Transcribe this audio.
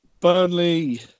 Burnley